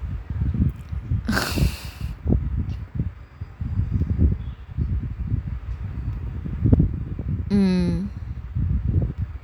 um